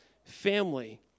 family